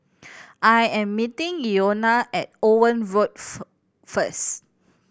I am meeting Llona at Owen Road first